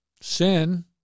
Sin